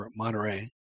Monterrey